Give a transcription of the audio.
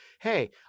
Hey